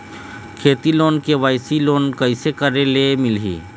खेती loan KYC loan कइसे करे ले मिलही?